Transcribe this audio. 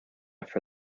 for